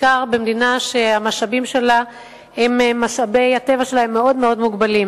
בעיקר במדינה שמשאבי הטבע שלה הם מאוד מאוד מוגבלים.